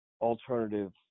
alternative